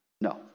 No